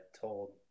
told